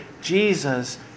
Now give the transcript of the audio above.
Jesus